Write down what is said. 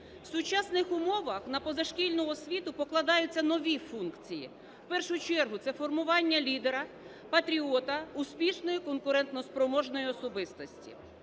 В сучасних умовах на позашкільну освіту покладаються нові функції. В першу чергу, це формування лідера, патріота, успішної конкурентоспроможної особистості.